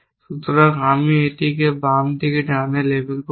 সুতরাং আমি এটিকে বাম থেকে ডানে লেবেল করব